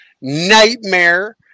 nightmare